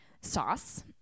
sauce